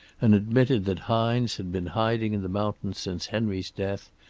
and admitted that hines had been hiding in the mountains since henry's death,